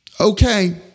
okay